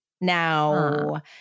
Now